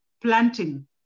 planting